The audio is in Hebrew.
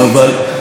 באמת,